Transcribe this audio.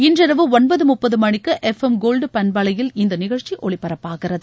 இன்றிரவு ஒன்பது முப்பது மணிக்கு எஃப் எம் கோல்ட் பண்பலையில் இந்த நிகழ்ச்சி ஒலிபரப்பாகிறது